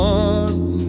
one